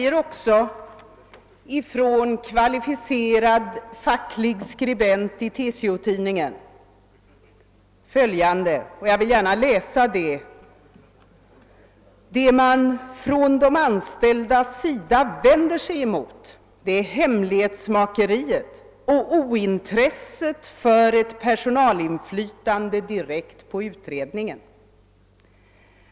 En kvalificerad facklig skribent i TCO-tidningen skriver följande, som jag gärna vill läsa upp: »Det man från de anställdas sida vänder sig emot är hemlighetsmakeriet och ointresset för ett personalinflytande direkt på utredningen.